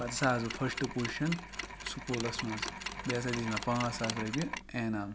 پَتہٕ ہَسا آس بہٕ فسٹ پُزشَن سُکوٗلَس مَنٛز بییٚہِ ہَسا دِتہ مےٚ پانٛژھ ساس رۄپیہِ انعام